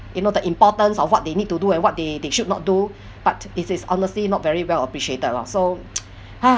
you know the importance of what they need to do and what they they should not do but it's it's honestly not very well appreciated lor so !haiya!